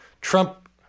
Trump